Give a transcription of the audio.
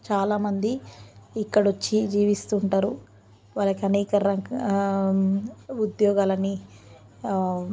చాలా మంది ఇక్కడ వచ్చి జీవిస్తుంటారు వాళ్ళకి అనేక రకా ఉద్యోగాలని